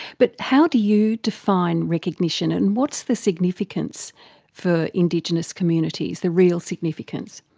but how do you define recognition and what's the significance for indigenous communities, the real significance?